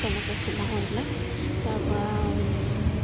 তেনেকৈ চিলাওঁ এইবিলাক তাৰ পৰা